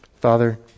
Father